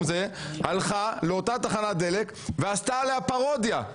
הלכה לאותה תחנת דלק ועשתה עליה פרודיה.